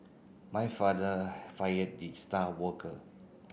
my father fired the star worker